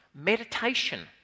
meditation